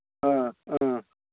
ꯑ ꯑ